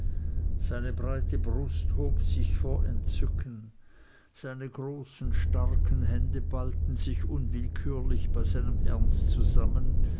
seine breite brust hob sich vor entzücken seine großen starken hände ballten sich unwillkürlich bei seinem ernst zusammen